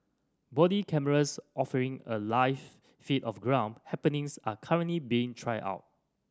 body cameras offering a live feed of ground happenings are currently being tried out